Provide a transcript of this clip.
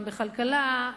גם בכלכלה,